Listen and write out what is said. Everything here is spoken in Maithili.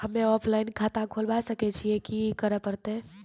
हम्मे ऑफलाइन खाता खोलबावे सकय छियै, की करे परतै?